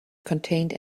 contained